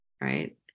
right